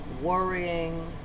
Worrying